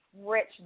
rich